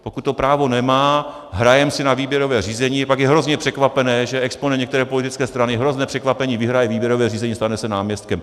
Pokud to právo nemá, hrajeme si na výběrové řízení a pak je hrozné překvapení, že exponent nějaké politické strany, hrozné překvapení, vyhraje výběrové řízení, stane se náměstkem.